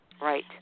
Right